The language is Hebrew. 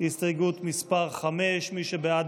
הסתייגות מס' 5. מי שבעד,